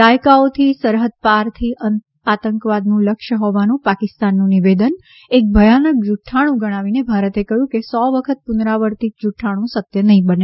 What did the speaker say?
દાયકાઓથી સરહદ પારથી આતંકવાદનું લક્ષ્ય હોવાનું પાકિસ્તાનનું નિવેદન એક ભયાનક જૂક્રાણુ ગણાવી ભારતે કહ્યું કે સો વખત પુનરાવર્તિત જુઠાણું સત્ય નહીં બને